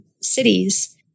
cities